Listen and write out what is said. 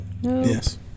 Yes